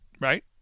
right